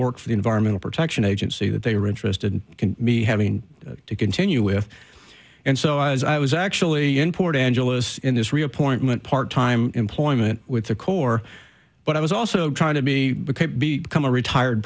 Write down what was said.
the environmental protection agency that they were interested can be having to continue with and so i was i was actually in port angeles in this reappointment part time employment with the corps but i was also trying to be become a retired